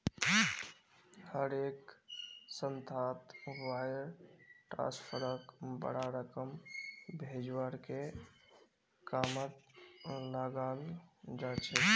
हर एक संस्थात वायर ट्रांस्फरक बडा रकम भेजवार के कामत लगाल जा छेक